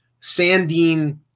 Sandine